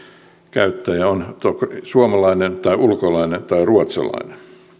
käyttäjä on suomalainen tai ulkolainen tai ruotsalainen